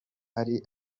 hari